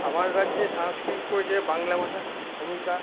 আমার রাজ্যে সাংস্কৃতিক পর্যায় বাংলা ভাষার ভূমিকা